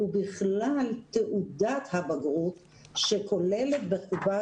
הוא בכלל תעודת הבגרות שכוללת בחובה